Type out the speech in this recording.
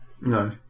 no